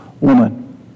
woman